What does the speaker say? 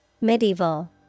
Medieval